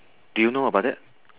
do you know about that